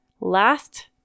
last